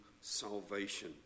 salvation